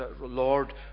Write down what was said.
Lord